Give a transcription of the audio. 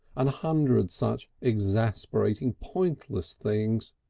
and a hundred such exasperating pointless things.